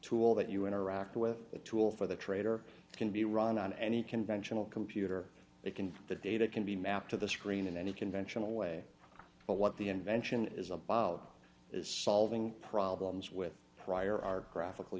tool that you interact with a tool for the trader can be run on any conventional computer that can the data can be mapped to the screen in any conventional way but what the invention is about is solving problems with prior our graphical